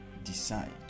decide